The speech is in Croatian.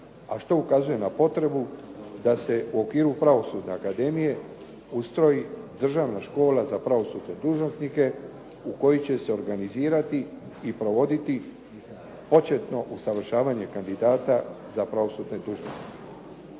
a što ukazuje na potrebu da su okviru Pravosudne akademije ustroji Državna škola za pravosudne dužnosnike u koji će se organizirati i provoditi početno usavršavanje kandidata za pravosudne dužnosnike.